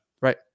Right